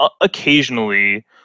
occasionally